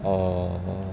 err